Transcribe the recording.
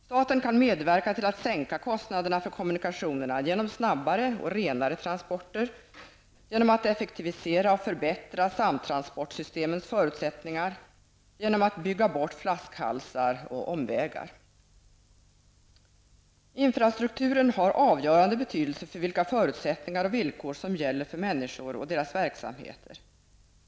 Staten kan medverka till att sänka kostnaderna för kommunikationerna genom snabbare och renare transporter, genom att effektivisera och förbättra samtransportsystemens förutsättningar och genom att bygga bort flaskhalsar och omvägar. Infrastrukturen har avgörande betydelse för vilka förutsättningar och villkor som gäller för människor och deras verksamheter.